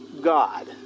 God